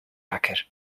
hacker